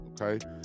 Okay